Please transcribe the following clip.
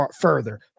further